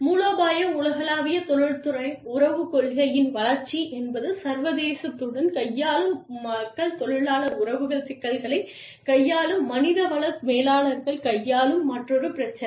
மூலோபாய உலகளாவிய தொழில்துறை உறவுக் கொள்கையின் வளர்ச்சி என்பது சர்வதேசத்துடன் கையாளும் மக்கள் தொழிலாளர் உறவுகள் சிக்கல்களைக் கையாளும் மனித வள மேலாளர்கள் கையாளும் மற்றொரு பிரச்சினை